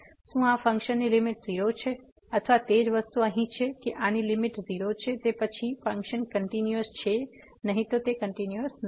શું આ ફંક્શનની લીમીટ 0 છે અથવા તે જ વસ્તુ અહીં છે કે આની લીમીટ 0 છે તે પછી ફંક્શન કંટીન્યુઅસ છે નહીં તો તે કંટીન્યુઅસ નથી